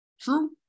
True